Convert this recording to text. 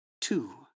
two